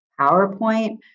PowerPoint